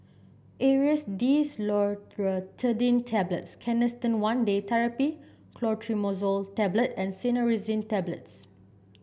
Aerius DesloratadineTablets Canesten One Day Therapy Clotrimazole Tablet and Cinnarizine Tablets